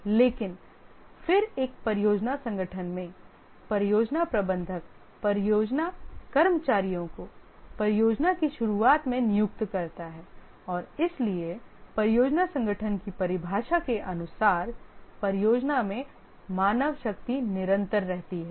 लेकिन फिर एक परियोजना संगठन में परियोजना प्रबंधक परियोजना कर्मियों को परियोजना की शुरुआत में नियुक्त करता है और इसलिए परियोजना संगठन की परिभाषा के अनुसार परियोजना में मानव शक्ति निरंतर रहती है